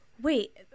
Wait –